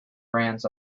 brands